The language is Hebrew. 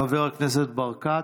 חבר הכנסת ברקת,